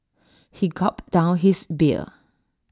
he gulped down his beer